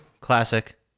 Classic